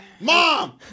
Mom